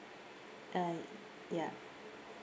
uh ya